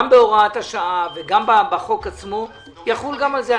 גם בהוראת השעה וגם בחוק עצמו, יחול גם על זה.